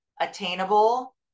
attainable